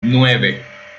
nueve